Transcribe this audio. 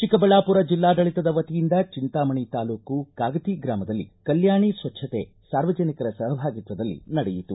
ಚಿಕ್ಕಬಳ್ಳಾಪುರ ಜಿಲ್ಲಾಡಳಿತದ ವತಿಯಿಂದ ಚಿಂತಾಮಣಿ ತಾಲೂಕು ಕಾಗತಿ ಗ್ರಾಮದಲ್ಲಿ ಕಲ್ಕಾಣಿ ಸ್ವಚ್ಗತೆ ಸಾರ್ವಜನಿಕರ ಸಹಭಾಗಿತ್ವದಲ್ಲಿ ನಡೆಯಿತು